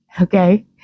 Okay